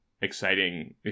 exciting